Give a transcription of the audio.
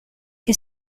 che